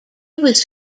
was